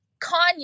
Kanye